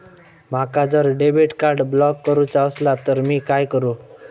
माका जर debit card block करूचा असला तर मी काय करू?